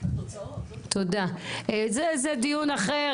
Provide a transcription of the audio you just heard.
התוצאות --- זה דיון אחר.